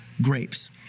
Grapes